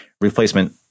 replacement